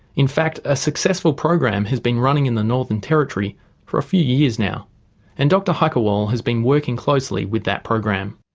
in fact a successful program has been running in the northern territory for a few years now and dr haikerwal has been working closely with that program.